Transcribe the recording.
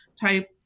type